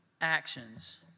actions